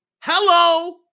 Hello